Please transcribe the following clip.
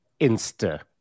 insta